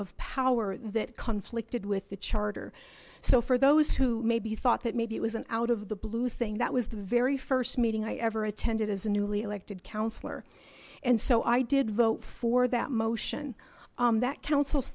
of power that conflicted with the charter so for those who maybe thought that maybe it was an out of the blue thing that was the very first meeting i ever attended as a newly elected councillor and so i did vote for that motion that council